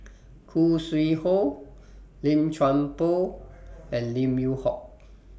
Khoo Sui Hoe Lim Chuan Poh and Lim Yew Hock